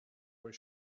were